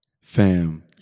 fam